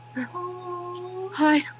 Hi